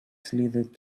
slithered